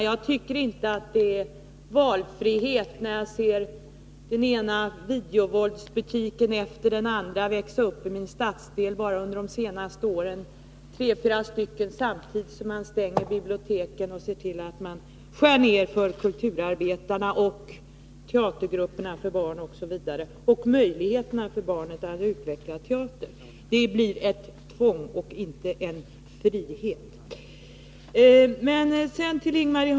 Jag tycker inte att det är valfrihet när jag ser att den ena videovåldsbutiken efter den andra har vuxit upp i min stadsdel bara under de senaste åren — tre fyra stycken — samtidigt som man stänger biblioteken och ser till att man skär ned anslagen till kulturarbetarna och barnteatergrupperna, osv. Därmed begränsar man möjligheterna för barn att utveckla teater. Det blir ett tvång och inte en frihet.